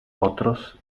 otros